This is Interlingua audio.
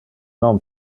non